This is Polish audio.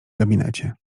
gabinecie